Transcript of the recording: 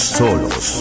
solos